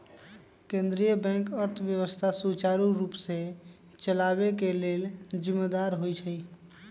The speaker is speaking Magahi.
केंद्रीय बैंक अर्थव्यवस्था सुचारू रूप से चलाबे के लेल जिम्मेदार होइ छइ